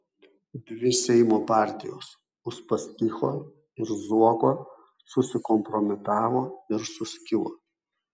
dvi seimo partijos uspaskicho ir zuoko susikompromitavo ir suskilo